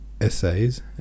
essays